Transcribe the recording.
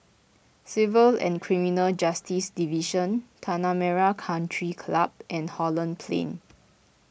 Civil and Criminal Justice Division Tanah Merah Country Club and Holland Plain